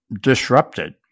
disrupted